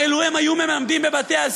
הרי לו הם היו מלמדים בבתי-הספר,